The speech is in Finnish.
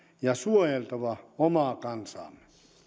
ja suojeltava omaa kansaamme